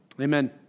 Amen